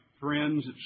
friends